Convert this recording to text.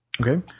Okay